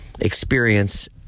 experience